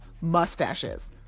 mustaches